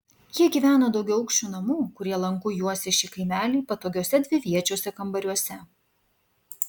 jie gyveno daugiaaukščių namų kurie lanku juosė šį kaimelį patogiuose dviviečiuose kambariuose